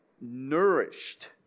Nourished